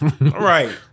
Right